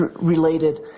related